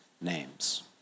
names